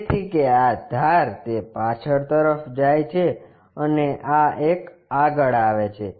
તેથી કે આ ધાર તે પાછળ તરફ જાય છે અને આ એક આગળ આવે છે